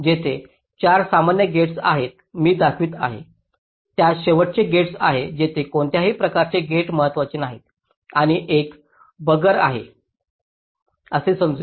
येथे 4 सामान्य गेट्स आहेत मी दाखवित आहे त्यास शेवटचे गेट्स आहेत जिथे कोणत्याही प्रकारचे गेट्स महत्त्वाचे नाहीत आणि हे एक बगर आहे असे समजू